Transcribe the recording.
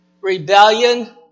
rebellion